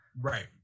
right